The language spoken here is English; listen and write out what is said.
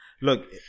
Look